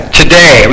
today